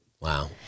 Wow